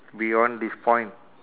beyond this point